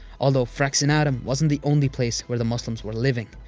although, fraxinetum wasn't the only place where the muslims were living.